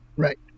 Right